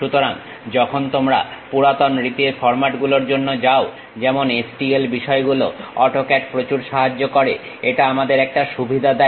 সুতরাং যখন তোমরা পুরাতন রীতির ফর্মাট গুলোর জন্য যাও যেমন STL বিষয়গুলো অটোক্যাড প্রচুর সাহায্য করে এটা আমাদের একটা সুবিধা দেয়